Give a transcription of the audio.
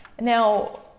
Now